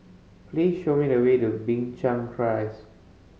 please show me the way to Binchang Rise